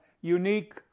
unique